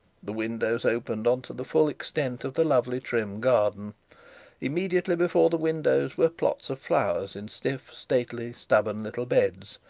the windows opened on to the full extent of the lovely trim garden immediately before the windows were plots of flowers in stiff, stately, stubborn little beds,